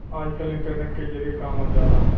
आजकल इन्टरनेट के जरिए काम हो जाला